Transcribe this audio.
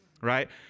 right